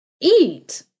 eat